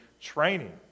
training